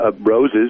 roses